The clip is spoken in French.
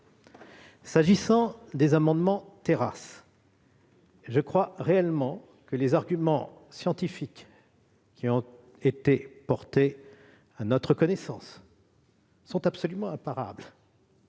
qualifierai d'« amendements terrasses », je crois réellement que les arguments scientifiques portés à notre connaissance sont absolument imparables.